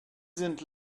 sind